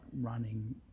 running